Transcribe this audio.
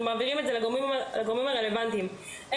אנחנו מעבירים את זה לגורמים הרלוונטיים ולאנשי המקצוע המתאימים.